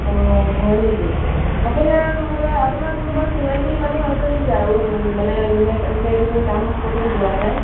অঁ হয় নেকি আপোনাৰ নহ'লে আপোনাৰ কোনোবা চিনাকী মানুহ আছে নেকি আৰু মানে যোনে এনেকে এইকেইদিন কাম ক'তো যোৱা নাই